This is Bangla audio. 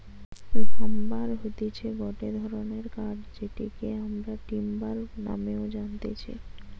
লাম্বার হতিছে গটে ধরণের কাঠ যেটিকে আমরা টিম্বার নামেও জানতেছি